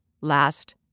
last